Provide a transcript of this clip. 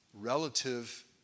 relative